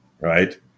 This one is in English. right